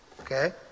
Okay